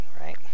right